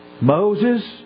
Moses